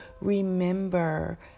remember